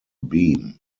beam